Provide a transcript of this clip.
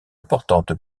importante